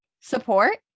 support